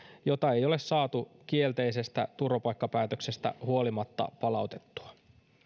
jota ei ole saatu kielteisestä turvapaikkapäätöksestä huolimatta palautettua